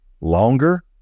longer